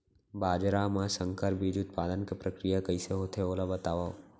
बाजरा मा संकर बीज उत्पादन के प्रक्रिया कइसे होथे ओला बताव?